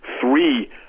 three